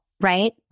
right